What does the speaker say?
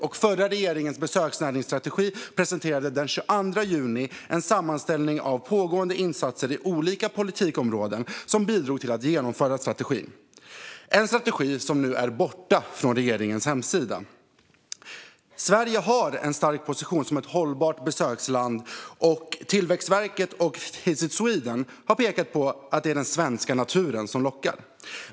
Den förra regeringen hade en besöksnäringsstrategi och presenterade den 22 juni en sammanställning av pågående insatser inom olika politikområden som bidrog till att genomföra strategin, en strategi som nu är borta från regeringens hemsida. Sverige har en stark position som ett hållbart besöksland, och Tillväxtverket och Visit Sweden har pekat på att det är den svenska naturen som lockar.